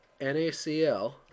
NACL